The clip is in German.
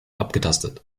abgetastet